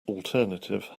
alternative